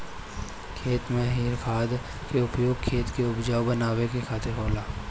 खेत में हरिर खाद के उपयोग खेत के उपजाऊ बनावे के खातिर होला